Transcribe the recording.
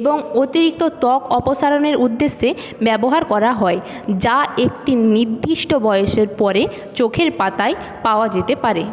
এবং অতিরিক্ত ত্বক অপসারণের উদ্দেশ্যে ব্যবহার করা হয় যা একটি নির্দিষ্ট বয়সের পরে চোখের পাতায় পাওয়া যেতে পারে